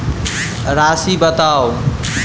राशि बताउ